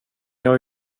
jag